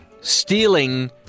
stealing